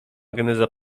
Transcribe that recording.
geneza